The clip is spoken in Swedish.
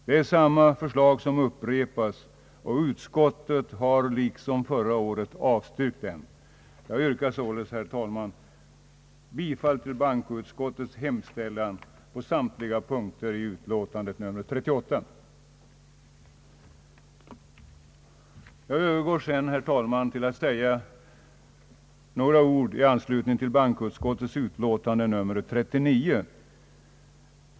Det är samma förslag som upprepas, och utskottet har liksom förra året avstyrkt dem. Nu övergår jag, herr talman, till att säga några ord i anslutning till bankoutskottets utlåtande nr 39.